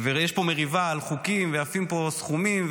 יש פה מריבה על חוקים ועפים פה סכומים,